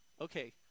Okay